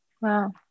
Wow